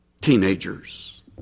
teenagers